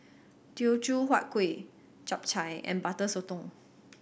Teochew Huat Kueh Chap Chai and Butter Sotong